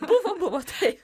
buvo buvo taip